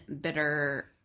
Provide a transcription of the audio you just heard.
bitter